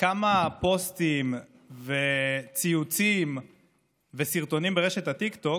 כמה פוסטים וציוצים וסרטונים ברשת הטיקטוק